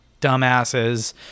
dumbasses